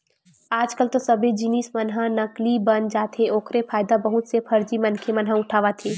आज कल तो सब्बे जिनिस मन ह नकली बन जाथे ओखरे फायदा बहुत से फरजी मनखे मन ह उठावत हे